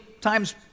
times